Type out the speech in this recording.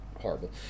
horrible